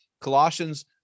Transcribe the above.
Colossians